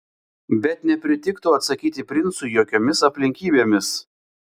bet nepritiktų atsakyti princui jokiomis aplinkybėmis